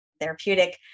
therapeutic